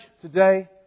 today